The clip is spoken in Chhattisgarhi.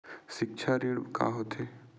सिक्छा ऋण का होथे?